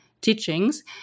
teachings